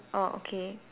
orh okay